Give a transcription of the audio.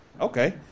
Okay